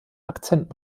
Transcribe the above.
akzent